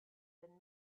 been